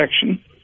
protection